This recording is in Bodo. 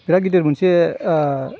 बिराद गिदिर मोनसे